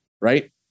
right